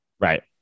Right